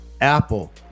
Apple